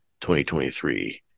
2023